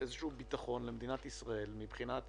איזשהו ביטחון למדינת ישראל מבחינת